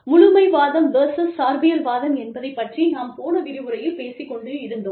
முழுமைவாதம் versus சார்பியல்வாதம் என்பதைப் பற்றி நாம் போன விரிவுரையில் பேசிக் கொண்டிருந்தோம்